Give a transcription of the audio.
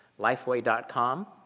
Lifeway.com